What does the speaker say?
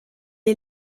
est